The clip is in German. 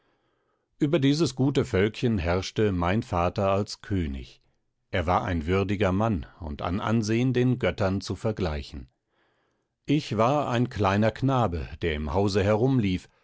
über dieses gute völkchen herrschte mein vater als könig er war ein würdiger mann und an ansehn den göttern zu vergleichen ich war ein kleiner knabe der im hause herumlief